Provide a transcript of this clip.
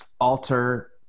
alter